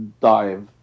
dive